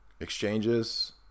exchanges